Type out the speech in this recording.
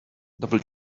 double